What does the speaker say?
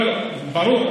ברור.